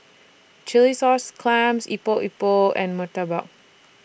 Chilli Sauce Clams Epok Epok and Murtabak